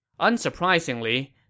Unsurprisingly